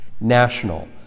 national